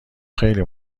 خیلی